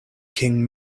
king